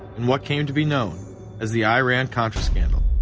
in what came to be known as the iran-contra scandal.